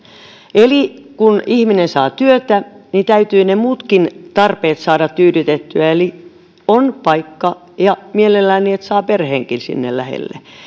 kun ihminen saa työtä niin täytyy ne muutkin tarpeet saada tyydytettyä eli on paikka ja mielellään niin että saa perheenkin sinne lähelle